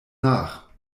nach